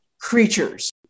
creatures